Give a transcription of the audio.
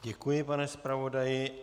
Děkuji, pane zpravodaji.